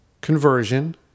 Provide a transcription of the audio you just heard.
conversion